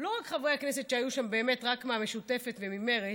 לא רק חברי הכנסת שהיו שם, רק מהמשותפת וממרצ,